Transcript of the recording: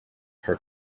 her